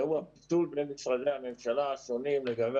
והוא הפיצול בין משרדי הממשלה השונים לגבי